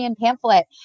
pamphlet